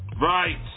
Right